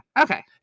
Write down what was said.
Okay